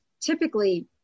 typically